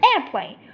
airplane